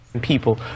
People